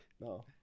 No